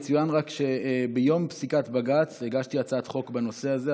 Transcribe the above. יצוין רק שביום פסיקת בג"ץ הגשתי הצעת חוק בנושא הזה,